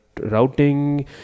routing